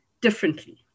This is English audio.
differently